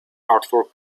artwork